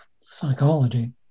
psychology